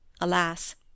Alas